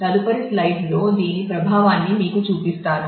తదుపరి స్లైడ్లో దీని ప్రభావాన్ని మీకు చూపిస్తాను